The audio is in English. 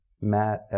Matt